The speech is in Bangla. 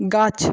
গাছ